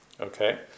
Okay